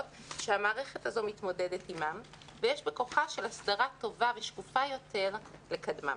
שהמערכת הזאת מתמודדת עימן ויש בכוחה של הסדרה טובה ושקופה יותר לקדמן.